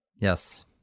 Yes